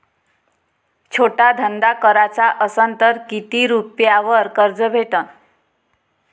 छोटा धंदा कराचा असन तर किती रुप्यावर कर्ज भेटन?